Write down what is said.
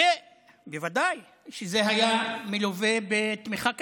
בוודאי שזה היה מלווה בתמיכה כספית.